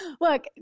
Look